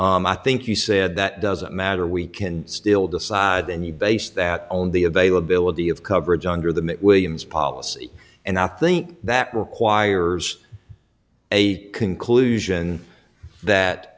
o i think you said that doesn't matter we can still decide and you base that on the availability of coverage under the williams policy and i think that requires a conclusion that